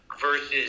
versus